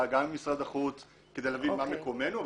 וגם עם משרד החוץ כדי להבין מה מקומנו.